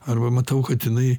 arba matau kad jinai